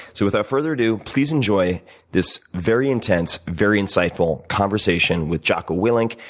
so without further ado, please enjoy this very intense, very insightful conversation with jocko willink.